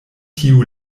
tiu